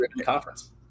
conference